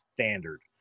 standard